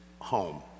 home